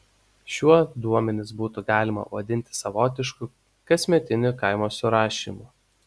šiuo duomenis būtų galima vadinti savotišku kasmetiniu kaimo surašymu